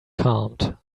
calmed